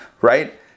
right